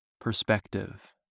Perspective